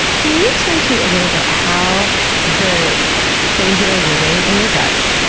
can you explain to me a little bit how the things that are living in your guts,